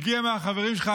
הגיע מהחברים שלך,